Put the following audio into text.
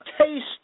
taste